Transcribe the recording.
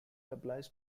applies